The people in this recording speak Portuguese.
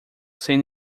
sem